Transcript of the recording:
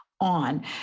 on